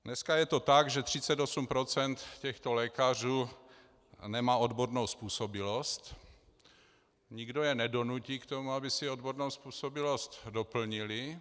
Dneska je to tak, že 38 % těchto lékařů nemá odbornou způsobilost, nikdo je nedonutí k tomu, aby si odbornou způsobilost doplnili.